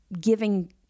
giving